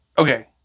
Okay